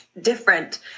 different